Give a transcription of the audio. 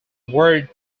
word